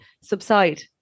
subside